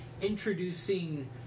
Introducing